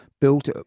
built